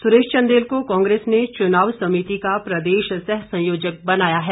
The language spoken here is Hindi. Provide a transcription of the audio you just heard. सुरेश चंदेल को कांग्रेस ने चुनावी समिति का प्रदेश सह संयोजक बनाया है